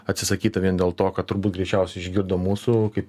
atsisakyta vien dėl to kad turbūt greičiausiai išgirdo mūsų kaip